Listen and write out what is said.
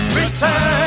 return